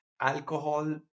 alcohol